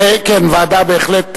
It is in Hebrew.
כן, ועדה בהחלט פורייה,